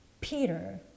Peter